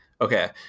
okay